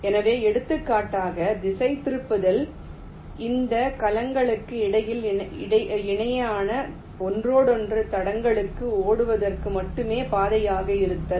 எனவே எடுத்துக்காட்டாக திசைதிருப்பல் இந்த கலங்களுக்கு இடையில் இணையான ஒன்றோடொன்று தடங்களுக்கு ஓடுவதற்கு மட்டுமே பாதையாக இருந்தால்